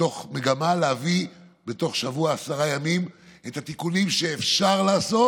מתוך מגמה להביא בתוך שבוע-עשרה ימים את התיקונים שאפשר לעשות,